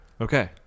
Okay